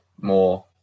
more